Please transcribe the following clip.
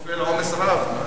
נופל עומס רב.